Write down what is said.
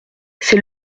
c’est